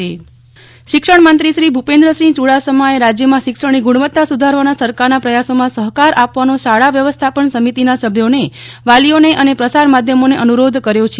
નેફલ ઠક્કર શિક્ષણમંત્રી શિક્ષણમંત્રી શ્રી ભૂપેન્દ્રસિંહ ચુડાસમાએ રાજ્યમાં શિક્ષણની ગુણવત્તા સુધારવાના સરકારના પ્રયાસોમાં સહકાર આપવાનો શાળા વ્યવસ્થાપન સમિતિના સભ્યોને વાલીઓને અને પ્રસાર માધ્યમોને અનુરોધ કર્યો છે